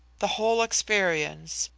the whole experience,